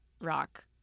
rock